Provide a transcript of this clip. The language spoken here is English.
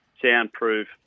soundproof